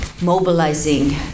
mobilizing